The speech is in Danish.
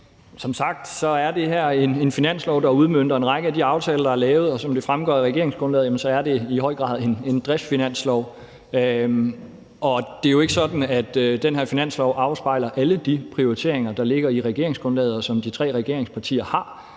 Som sagt er det her en finanslov, der udmønter en række at de aftaler, der er lavet, og som det fremgår af regeringsgrundlaget, er det i høj grad en driftsfinanslov. Og det er jo ikke sådan, at den her finanslov afspejler alle de prioriteringer, der ligger i regeringsgrundlaget, og som de tre regeringspartier har.